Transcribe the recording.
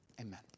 Amen